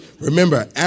Remember